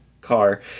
car